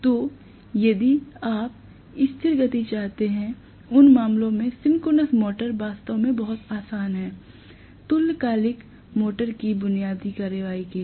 तो यदि आप स्थिर गति चाहते हैंउन मामलों में सिंक्रोनस मोटर्स वास्तव में बहुत आसान है तुल्यकालिक मोटर की बुनियादी कार्रवाई के लिए